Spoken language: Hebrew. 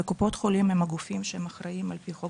וקופות חולים הם הגופים שהם אחראים על פי חוק